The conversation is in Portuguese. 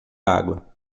água